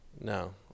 No